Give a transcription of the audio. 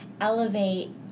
elevate